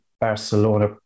Barcelona